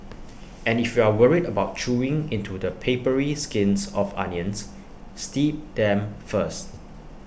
and if you are worried about chewing into the papery skins of onions steep them first